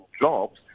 jobs